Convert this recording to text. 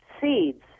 seeds